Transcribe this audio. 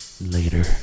Later